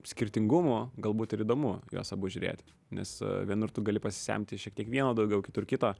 skirtingumų galbūt ir įdomu juos abu žiūrėti nes vienur tu gali pasisemti šiek tiek vieno daugiau kito ir kito